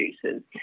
producers